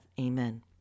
Amen